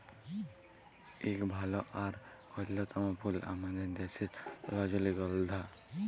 ইক ভাল আর অল্যতম ফুল আমাদের দ্যাশের রজলিগল্ধা